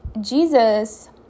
Jesus